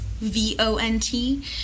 v-o-n-t